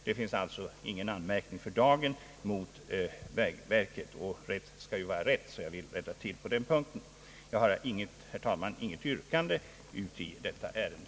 Det finns alltså ingen anmärkning för dagen mot vägverket, och rätt skall vara rätt, Jag vill därför korrigera mig på den punkten. Jag har, herr talman, i dag inte något yrkande i detta ärende.